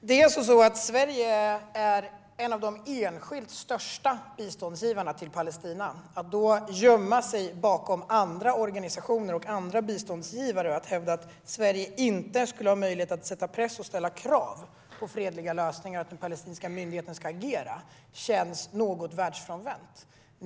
Herr talman! Sverige är en av de enskilt största biståndsgivarna till Palestina. Att då gömma sig bakom andra organisationer och andra biståndsgivare och hävda att Sverige inte skulle ha möjlighet att sätta press och ställa krav på fredliga lösningar för hur den palestinska myndigheten ska agera känns något världsfrånvänt.